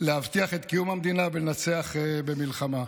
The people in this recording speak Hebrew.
להבטיח את קיום המדינה ולנצח במלחמה.